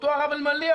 אותו הרב אלמליח,